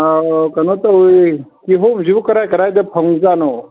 ꯀꯩꯅꯣ ꯇꯧꯋꯤ ꯀꯤꯍꯣꯝꯁꯤꯕꯨ ꯀꯔꯥꯏ ꯀꯔꯥꯏꯗ ꯐꯪꯖꯥꯠꯅꯣ